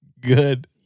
good